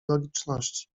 logiczności